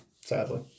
sadly